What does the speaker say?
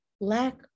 Lack